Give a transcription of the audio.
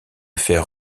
faire